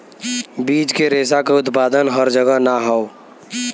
बीज के रेशा क उत्पादन हर जगह ना हौ